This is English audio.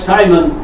Simon